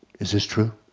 is this true?